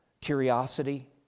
curiosity